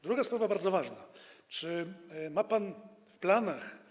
Druga sprawa, bardzo ważna, czy ma pan w planach.